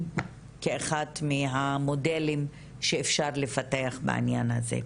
כאחד מהמודלים שאפשר לפתח בעניין הזה.